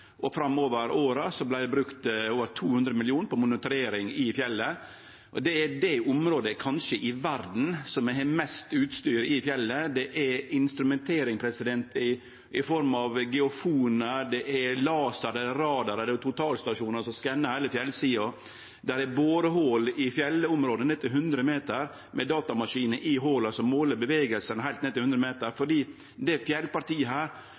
åra framover vart det brukt over 200 mill. kr på monitorering i fjellet. Det er kanskje det området i verda som har mest utstyr i fjellet. Det er instrumenter som geofonar, laser, radar og totalstasjonar som skannar heile fjellsida. Det er borehol 100 meter ned i fjellet, med datamaskiner i hola som måler rørsle heilt ned til 100 meter. Dette fjellpartiet, som er